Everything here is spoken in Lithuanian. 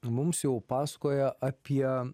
mums jau pasakoja apie